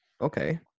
okay